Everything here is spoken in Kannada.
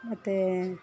ಮತ್ತೆ